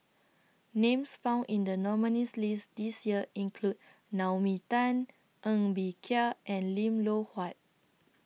Names found in The nominees list This Year include Naomi Tan Ng Bee Kia and Lim Loh Huat